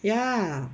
ya